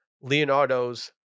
Leonardo's